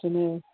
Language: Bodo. जोङो